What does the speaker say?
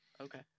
Okay